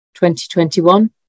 2021